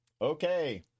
Okay